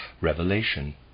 revelation